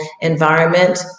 environment